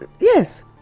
Yes